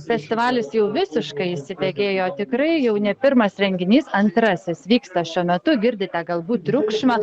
festivalis jau visiškai įsibėgėjo tikrai jau ne pirmas renginys antrasis vyksta šiuo metu girdite galbūt triukšmą